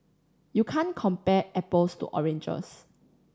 you can't compare apples to oranges